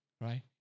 right